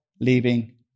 leaving